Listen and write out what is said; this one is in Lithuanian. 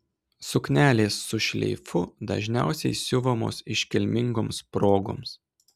suknelės su šleifu dažniausiai siuvamos iškilmingoms progoms